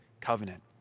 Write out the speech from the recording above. covenant